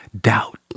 doubt